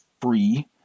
free